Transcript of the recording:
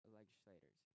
legislators